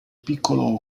piccolo